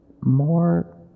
more